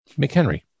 mchenry